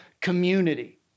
community